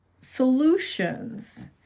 solutions